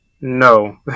No